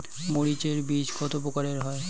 মরিচ এর বীজ কতো প্রকারের হয়?